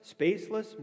spaceless